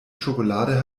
schokolade